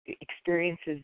experiences